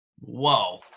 Whoa